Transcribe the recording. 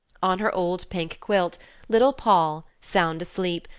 on her old pink quilt little poll, sound asleep,